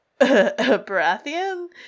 Baratheon